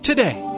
Today